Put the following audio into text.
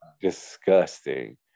disgusting